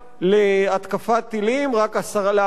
רק ל-10% מהאנשים יש מקלטים,